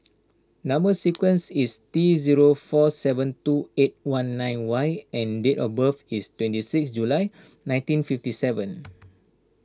Number Sequence is T zero four seven two eight one nine Y and date of birth is twenty six July nineteen fifty seven